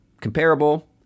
comparable